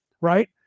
right